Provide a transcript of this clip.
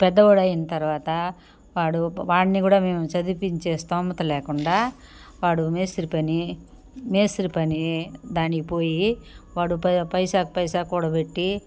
పెద్దోడయినా తర్వాత వాడు వాడిని కూడా మేము చదివిపించే స్తోమత లేకుండా వాడు మేస్త్రి పని మేస్త్రి పని దానికి పోయి వాడు పై పైసాకి పైసా కూడబెట్టి